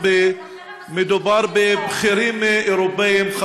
מדובר בבכירים אירופים,